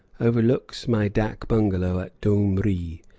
overlooks my dak bungalow at doomree,